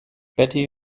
betty